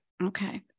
Okay